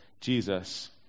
Jesus